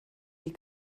die